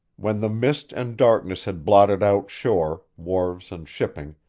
when the mist and darkness had blotted out shore, wharves and shipping,